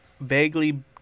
vaguely